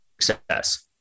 success